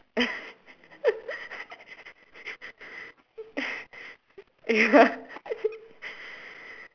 ya